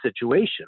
situation